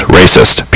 racist